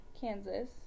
Kansas